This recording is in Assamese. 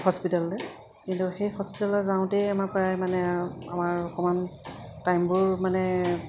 হস্পিটেললৈ কিন্তু সেই হস্পিতেললৈ যাওঁতেই আমাৰ প্ৰায় মানে আৰু আমাৰ অকণমান টাইমবোৰ মানে